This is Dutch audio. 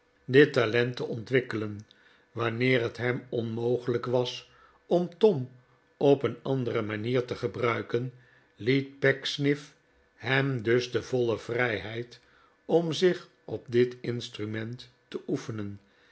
dit talent te ontwikkelen wanneer het hem onmogelijk was om tom op een andere manier te gebruiken liet pecksniff hem dus de voile vrijheid om zich op dit instrument te oefenen